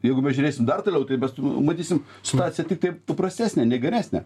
jeigu mes žiūrėsim dar toliau tai mes matysim situacija tiktai prastesnė ne geresnė